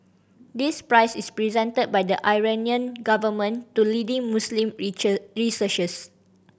this prize is presented by the Iranian government to leading Muslim researchers